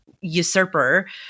usurper